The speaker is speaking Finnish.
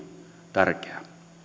tärkeää